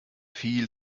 viel